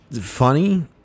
funny